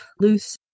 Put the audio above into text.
loose